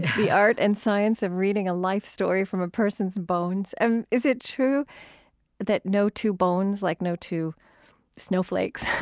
the art and science of reading a life story from a person's bones. and is it true that no two bones, like no two snowflakes,